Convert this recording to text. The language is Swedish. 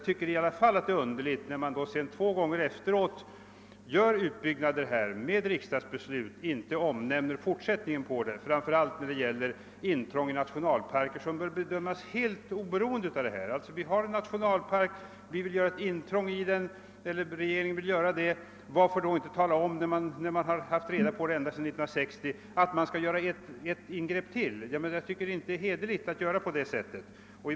Det är underligt att man, när man två gånger gör utbyggnader efter riksdagsbeslut, inte nämner att det skall bli en fortsättning — framför allt då det är fråga om ett intrång i en nationalpark som bör bedömas helt för sig. När regeringen nu sedan 1960 har haft reda på att ännu ett ingrepp skall göras, varför har den då inte talat om det? Det är inte hederligt att handla på det sättet.